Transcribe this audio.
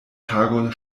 tago